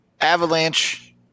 Avalanche